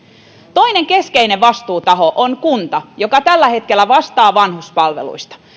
toinen keskeinen vastuutaho on kunta joka tällä hetkellä vastaa vanhuspalveluista